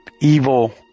evil